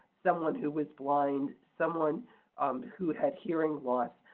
someone who was blind, someone who had hearing loss.